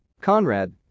Conrad